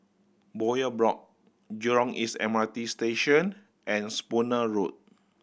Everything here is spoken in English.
Bowyer Block Jurong East M R T Station and Spooner Road